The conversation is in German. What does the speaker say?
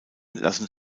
lassen